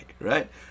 right